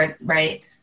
right